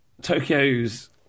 Tokyo's